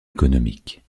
économique